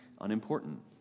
unimportant